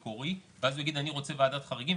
המקורי ואז הוא יגיד שהוא רוצה ועדת חריגים,